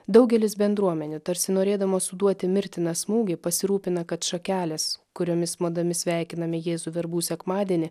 daugelis bendruomenių tarsi norėdamos suduoti mirtiną smūgį pasirūpina kad šakelės kuriomis modami sveikiname jėzų verbų sekmadienį